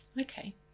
okay